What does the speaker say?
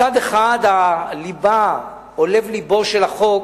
מצד אחד, הליבה, או לב לבו של החוק,